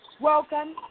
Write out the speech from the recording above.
Welcome